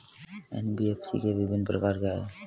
NBFC के विभिन्न प्रकार क्या हैं?